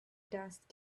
dust